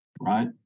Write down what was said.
right